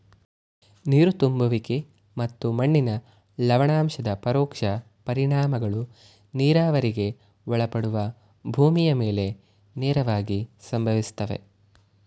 ನೀರು ತುಂಬುವಿಕೆ ಮತ್ತು ಮಣ್ಣಿನ ಲವಣಾಂಶದ ಪರೋಕ್ಷ ಪರಿಣಾಮಗಳು ನೀರಾವರಿಗೆ ಒಳಪಡುವ ಭೂಮಿಯ ಮೇಲೆ ನೇರವಾಗಿ ಸಂಭವಿಸ್ತವೆ